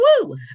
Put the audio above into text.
woo